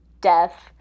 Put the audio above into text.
death